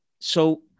so-